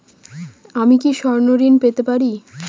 আমি কি স্বর্ণ ঋণ পেতে পারি?